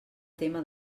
tema